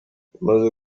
bimaze